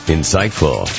Insightful